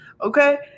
Okay